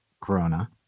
corona